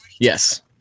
Yes